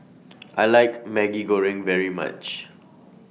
I like Maggi Goreng very much